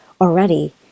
already